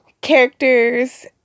characters